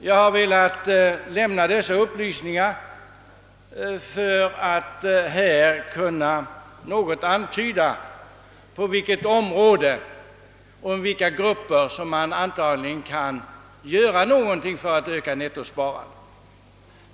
Jag har velat lämna dessa upplysningar för att kortfattat antyda på vilket område och inom vilka grupper som vi antagligen kan göra något för att öka nettosparandet.